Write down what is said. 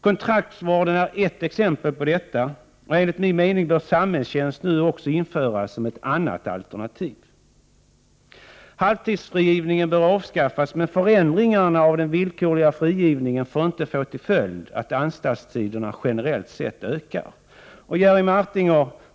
Kontraktsvården är ett exempel på detta. Enligt min mening bör samhällstjänst nu införas som ett annat alternativ. Halvtidsfrigivningen bör avskaffas. Men förändringarna av den villkorliga frigivningen får inte få till följd att anstaltstiderna generellt sett ökar.